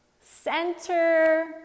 center